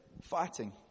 fighting